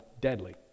deadly